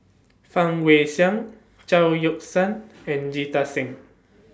Fang Guixiang Chao Yoke San and Jita Singh